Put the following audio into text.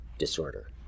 disorder